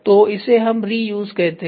तो इसे हम री यूज़ कहते हैं